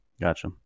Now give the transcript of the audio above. gotcha